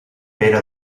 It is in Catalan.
pere